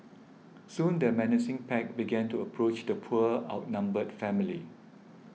soon the menacing pack began to approach the poor outnumbered family